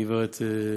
הגברת,